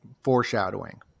foreshadowing